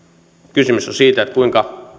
kysymys on siitä kuinka